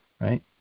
right